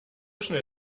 schnell